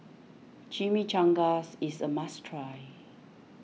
Chimichangas is a must try